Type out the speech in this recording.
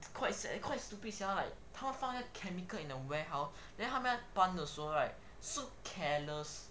it's quite sad quite stupid sia like 他们放 chemical in the warehouse then 他们要搬的时后 right so careless